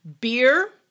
beer